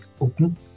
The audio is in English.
open